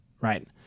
right